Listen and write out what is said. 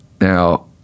Now